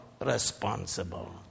responsible